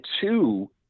two